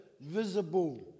visible